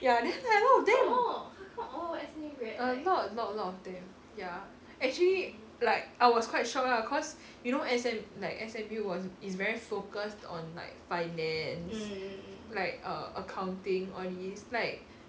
ya then like a lot of them a lot a lot a lot of them ya actually like I was quite shocked lah cause you know S_M like S_M_U was is very focused on like finance like err accounting all these like